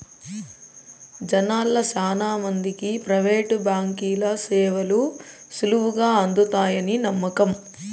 జనాల్ల శానా మందికి ప్రైవేటు బాంకీల సేవలు సులువుగా అందతాయని నమ్మకం